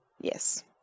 Yes